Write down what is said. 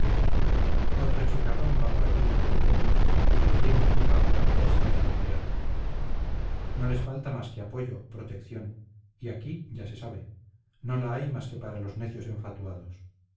otro chicarrón va por allí pepe díaz que también hipa por la poesía y el teatro no les falta más que apoyo protección y aquí ya se sabe no la hay más que para los necios enfatuados